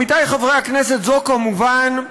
עמיתיי חברי הכנסת, זו כמובן דוגמה,